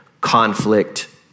conflict